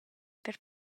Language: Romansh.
per